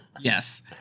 yes